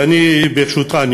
וברשותך,